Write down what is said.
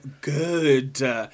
good